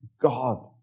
God